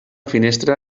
finestra